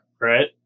right